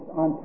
on